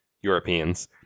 Europeans